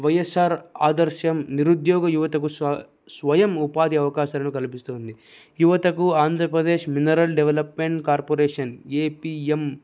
వైఎస్ఆర్ ఆదర్శ్యం నిరుద్యోగ యువతకు స్వయం ఉపాధి అవకాశాలను కల్పిస్తుంది యువతకు Andhra Pradesh mineral development corporation APM